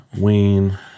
Wean